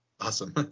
Awesome